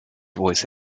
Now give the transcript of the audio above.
voice